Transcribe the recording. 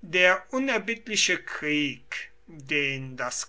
der unerbittliche krieg den das